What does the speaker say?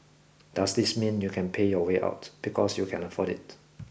does this mean you can pay your way out because you can afford it